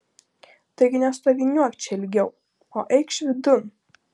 taigi nestoviniuok čia ilgiau o eikš vidun